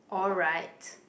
alright